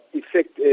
effect